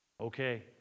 Okay